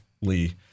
Lee